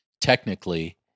technically